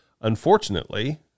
unfortunately